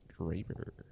Draper